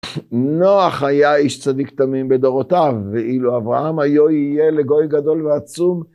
נוח היה איש צדיק תמים בדורותיו, ואילו אברהם היו יהיה לגוי גדול ועצום